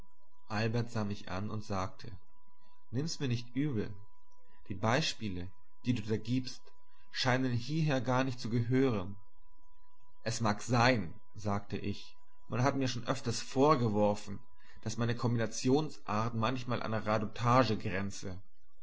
albert sah mich an und sagte nimm mir's nicht übel die beispiele die du gibst scheinen hieher gar nicht zu gehören es mag sein sagte ich man hat mir schon öfters vorgeworfen daß meine kombinationsart manchmal an radotage grenze